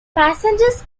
passengers